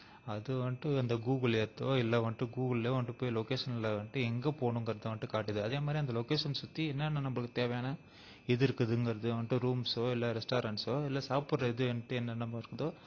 அது வந்துட்டு அந்த கூகுள் எர்த்தோ இல்லை வந்துட்டு கூகுளிலே வந்துட்டு போய் லொக்கேசனில் வந்துட்டு எங்கே போகணுங்கறத வந்துட்டு காட்டுது அதே மாதிரி அந்த லொக்கேசன் சுற்றி என்னென்ன நம்மளுக்கு தேவையான இது இருக்குதுங்கிறது வந்துட்டு ரூம்ஸ்ஸோ இல்லை ரெஸ்ட்டாரண்ஸ்ஸோ இல்லை சாப்பிட்ற இது வந்துட்டு என்னென்னமோ இருக்குதோ